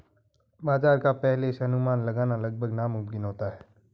बाजार का पहले से अनुमान लगाना लगभग नामुमकिन होता है